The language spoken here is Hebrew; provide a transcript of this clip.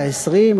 את ה-20%,